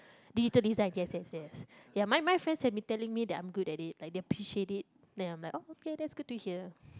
digital design yes yes yes ya my my friends have been telling me that I'm good at it like they appreciate it then I'm like oh okay that's good to hear